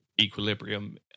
equilibrium